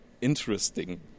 interesting